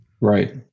Right